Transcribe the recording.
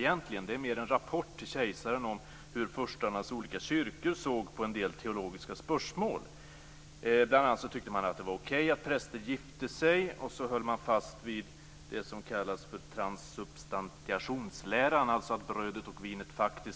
Det är mer en rapport till kejsaren om hur furstarnas olika kyrkor såg på en del teologiska spörsmål. Bl.a. tyckte man att det var okej att präster gifte sig och så höll man fast vid det som kallas för transsubstantiationsläran, dvs. att brödet och vinet